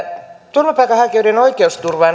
turvapaikanhakijoiden oikeusturvaan